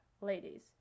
ladies